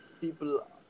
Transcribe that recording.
people